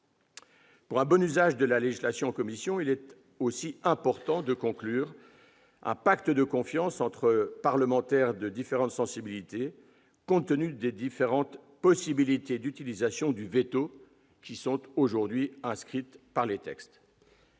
Pour un bon usage de la législation en commission, il est aussi important de conclure un pacte de confiance entre les parlementaires des différentes sensibilités compte tenu des différentes possibilités d'utilisation du veto qui sont aujourd'hui inscrites dans les textes.